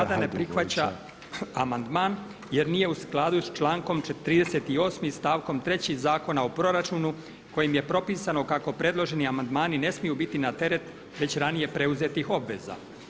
vlada ne prihvaća amandman jer nije u skladu sa člankom 38. stavkom 3. Zakona o proračunu kojim je propisano kako predloženi amandmani ne smiju biti na teret već ranije preuzetih obveza.